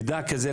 מידע כזה,